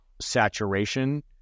saturation